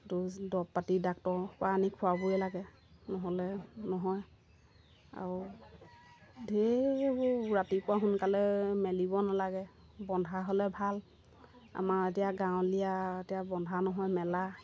those দৰৱ পাতি ডাক্তৰৰপৰা আনি খোৱাবই লাগে নহ'লে নহয় আৰু ঢেৰ এইবোৰ ৰাতিপুৱা সোনকালে মেলিব নালাগে বন্ধা হ'লে ভাল আমাৰ এতিয়া গাঁৱলীয়া এতিয়া বন্ধা নহয় মেলা